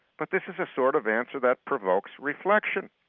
but this is a sort of answer that provokes reflection.